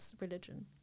religion